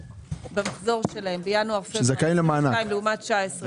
במחזור שלהם בינואר-פברואר 2022 לעומת 2019,